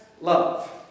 love